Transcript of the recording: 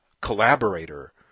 collaborator